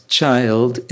child